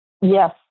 Yes